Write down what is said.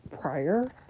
prior